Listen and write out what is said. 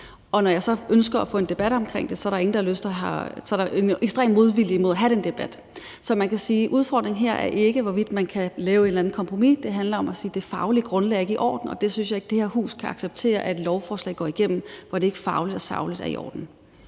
og når jeg så ønsker at få en debat omkring det, er der en ekstrem modvilje mod at have den debat. Så man kan sige, at udfordringen her er ikke, hvorvidt man kan lave et eller andet kompromis; det handler om at sige, at det faglige grundlag ikke er i orden, og det synes jeg ikke at det her hus kan acceptere, altså at et lovforslag går igennem, som ikke er fagligt og sagligt i orden.